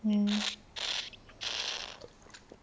mm